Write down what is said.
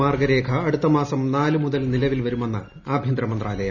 മാർഗ്ഗരേഖ അടുത്ത മാസം നാല് മുതൽ നിലവിൽ വരുമെന്ന് ആഭ്യന്തര മന്ത്രാലയം